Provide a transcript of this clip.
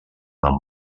amb